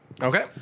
Okay